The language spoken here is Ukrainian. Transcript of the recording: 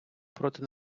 проти